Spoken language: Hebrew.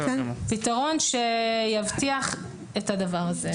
פתרון שיבטיח את הדבר הזה.